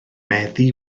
meddu